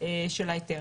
של ההיתר.